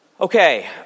Okay